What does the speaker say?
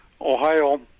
Ohio